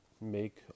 make